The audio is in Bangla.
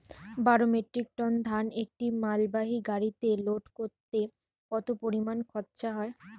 বারো মেট্রিক টন ধান একটি মালবাহী গাড়িতে লোড করতে কতো পরিমাণ খরচা হয়?